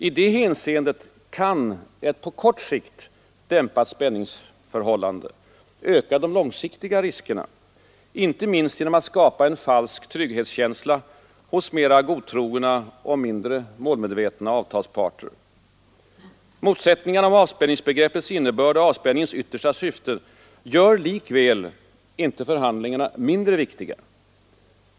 I det hänseendet kan ett på kort sikt dämpat spänningsförhållande öka de långsiktiga riskerna, inte minst genom att skapa en falsk trygghetskänsla hos mera godtrogna och mindre målmedvetna avtalsparter. ens yttersta syften gör likväl inte förhandlingarna mindre viktiga.